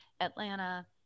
Atlanta